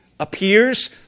Appears